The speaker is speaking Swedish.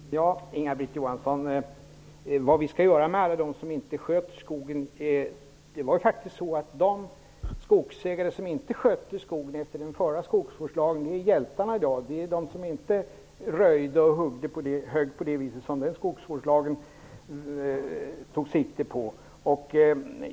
Herr talman! Inga-Britt Johansson undrade vad vi skall göra med alla som inte sköter skogen. De skogsägare som inte skötte skogen efter den förra skogsvårdslagen, de som inte röjde och högg, är hjältar i dag.